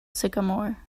sycamore